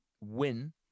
win